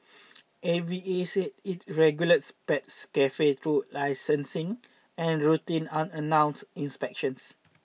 A V A said it regulates pet cafes through licensing and routine unannounced inspections